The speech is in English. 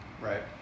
right